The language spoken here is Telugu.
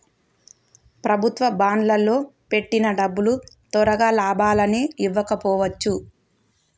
ప్రభుత్వ బాండ్లల్లో పెట్టిన డబ్బులు తొరగా లాభాలని ఇవ్వకపోవచ్చు